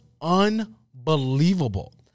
unbelievable